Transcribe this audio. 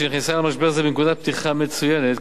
שנכנסה למשבר זה מנקודת פתיחה מצוינת,